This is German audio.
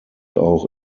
auch